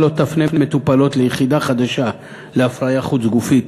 לא תפנה מטופלות ליחידה החדשה להפריה חוץ-גופית,